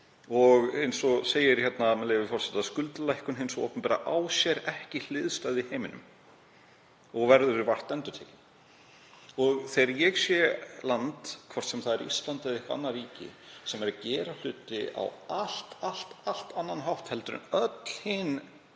Eins og segir hérna, með leyfi forseta: „Skuldalækkun hins opinbera á sér ekki hliðstæðu í heiminum og verður vart endurtekin.“ Og þegar ég sé land, hvort sem það er Ísland eða eitthvert annað ríki, sem er að gera hluti á allt, allt annan hátt en öll hin